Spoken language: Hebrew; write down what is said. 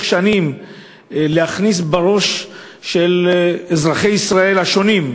שנים להכניס בראש של אזרחי ישראל השונים,